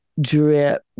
Drip